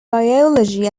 biology